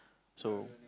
so